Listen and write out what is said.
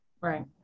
right